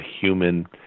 human